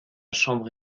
chambre